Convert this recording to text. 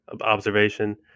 observation